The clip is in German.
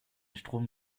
strom